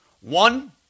One